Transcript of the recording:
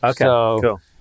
okay